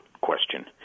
question